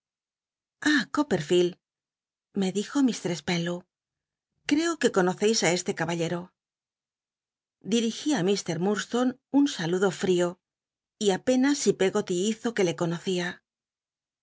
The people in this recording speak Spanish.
copperfield me dijo mr spenlow creo que conoceis á este caballero dirigí i ir iurdstone un saludo frio y apenas si peggoly hizo que le conocía